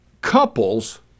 couples